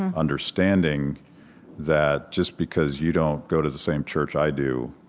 and understanding that just because you don't go to the same church i do,